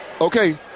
okay